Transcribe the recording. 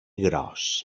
gros